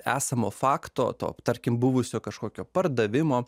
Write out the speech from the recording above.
esamo fakto to tarkim buvusio kažkokio pardavimo